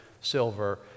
silver